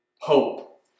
hope